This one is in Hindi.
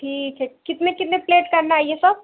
ठीक है कितने कितने प्लेट करना है ये सब